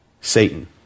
Satan